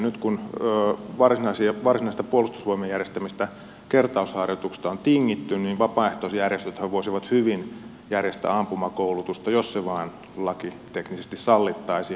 nyt kun varsinaisista puolustusvoimien järjestämistä kertausharjoituksista on tingitty niin vapaaehtoisjärjestöthän voisivat hyvin järjestää ampumakoulutusta jos se vain lakiteknisesti sallittaisiin